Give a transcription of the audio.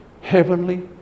heavenly